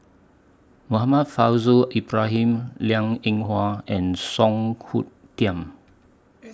Muhammad Faishal Ibrahim Liang Eng Hwa and Song Hoot Kiam